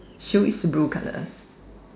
shoe is blue colour